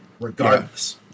Regardless